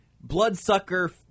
Bloodsucker